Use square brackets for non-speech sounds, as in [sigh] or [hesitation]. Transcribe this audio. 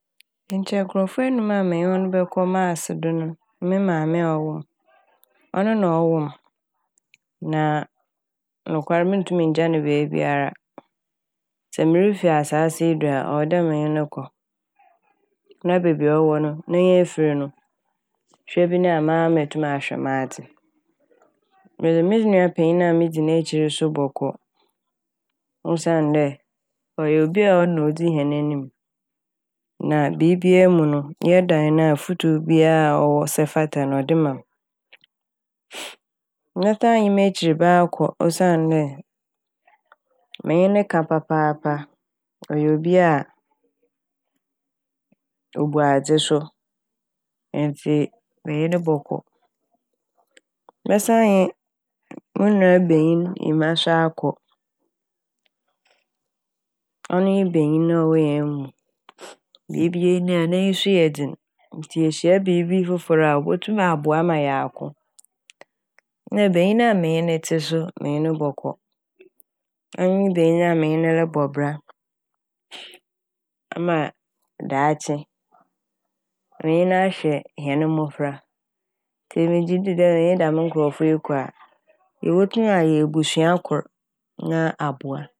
Nkyɛ nkorɔfo enum a menye hɔn bɔkɔ "Mars" do no, me maame a ɔwoo m'. Ɔno a ɔwo m' na nokwar munntum nngya n' beebiara. Sɛ mirifi asaase yi do a ɔwɔ dɛ menye no kɔ [noise] na beebi a ɔwɔ no n'enyi rifir no hwɛ bi nyi a maa metum ahwɛ m'adze. Medze mo nuapanyin a medzi n'ekyir no so bɔkɔ osiandɛ ɔyɛ obi a ɔno na odzi hɛn enyim na biibiara mu no yɛdan na afotu biara a ɔsɛ biara a ɔde ma m'. Mɛsan nye m'ekyirba akɔ osiandɛ menye no ka papaapa. Ɔyɛ obi a obu adze so ntsi menye no bɔkɔ. Mɛsan nye mo nua banyin Emma so akɔ. Ɔno nye banyin a ɔwɔ hɛn mu, [hesitation] biibia nyi a n'enyi so yɛ dzen ntsi yehyia biibi fofor a ɔbɔboa hɛn ma yɛako. Na banyin a menye no tse so menye no bɔkɔ ɔno nye banyin a menye no robɔ bra mma daakye menye no ahwɛ hɛn mbofra ntsi megye di dɛ menye dɛm nkorɔfo yi kɔ a yebotum ayɛ ebusua kor na wɔaboa.